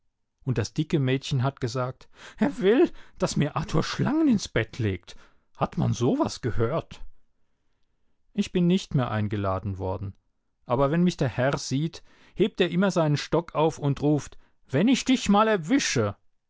und das dicke mädchen hat gesagt er will daß mir arthur schlangen ins bett legt hat man so was gehört ich bin nicht mehr eingeladen worden aber wenn mich der herr sieht hebt er immer seinen stock auf und ruft wenn ich dich mal erwische